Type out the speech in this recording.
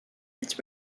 its